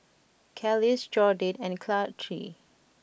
Kelis Jordyn and Charlee